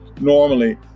normally